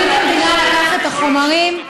תשמעו, פרקליט המדינה לקח את החומרים,